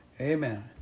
Amen